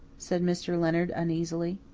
said mr. leonard uneasily.